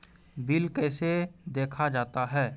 Bill कैसे देखा जाता हैं?